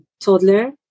toddler